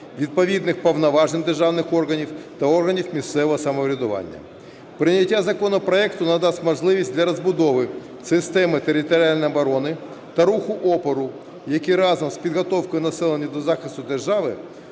відповідних повноважень державних органів та органів місцевого самоврядування. Прийняття законопроекту надасть можливість для розбудови системи територіальної оборони та руху опору, які разом з підготовкою населення до захисту держави